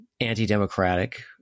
anti-democratic